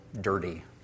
dirty